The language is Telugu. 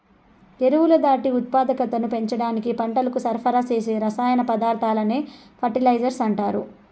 ఎరువులు వాటి ఉత్పాదకతను పెంచడానికి పంటలకు సరఫరా చేసే రసాయన పదార్థాలనే ఫెర్టిలైజర్స్ అంటారు